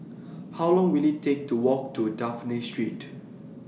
How Long Will IT Take to Walk to Dafne Street